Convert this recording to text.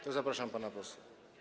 To zapraszam pana posła.